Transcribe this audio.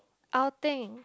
outing